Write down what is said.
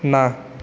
ନା